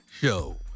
show